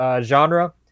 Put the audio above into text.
genre